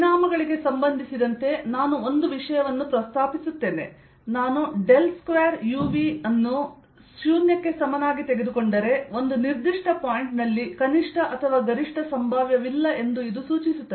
ಪರಿಣಾಮಗಳಿಗೆ ಸಂಬಂಧಿಸಿದಂತೆ ನಾನು ಒಂದು ವಿಷಯವನ್ನು ಪ್ರಸ್ತಾಪಿಸುತ್ತೇನೆ ನಾನು ಡೆಲ್ ಸ್ಕ್ವೇರ್ UV ಅನ್ನು 0 ಗೆ ಸಮನಾಗಿ ತೆಗೆದುಕೊಂಡರೆ ಒಂದು ನಿರ್ದಿಷ್ಟ ಪಾಯಿಂಟ್ ನಲ್ಲಿ ಕನಿಷ್ಠ ಅಥವಾ ಗರಿಷ್ಠ ಸಂಭಾವ್ಯವಿಲ್ಲ ಎಂದು ಇದು ಸೂಚಿಸುತ್ತದೆ